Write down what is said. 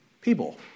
People